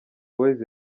boyz